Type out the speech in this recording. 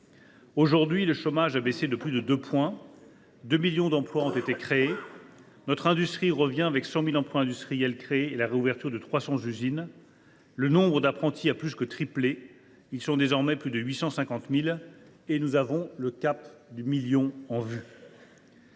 Aujourd’hui, le chômage a baissé de plus de deux points et 2 000 000 d’emplois ont été créés. Notre industrie revient avec 100 000 emplois industriels créés et la réouverture de 300 usines. Le nombre d’apprentis a plus que triplé : ils sont désormais plus de 850 000, et nous avons le cap du million en vue.